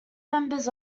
members